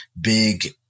big